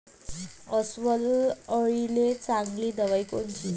अस्वल अळीले चांगली दवाई कोनची?